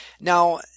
Now